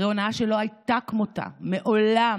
אחרי הונאה שלא הייתה כמותה מעולם,